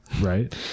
right